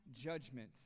judgment